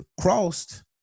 crossed